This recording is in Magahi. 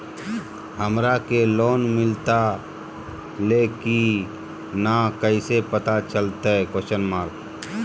हमरा के लोन मिलता ले की न कैसे पता चलते?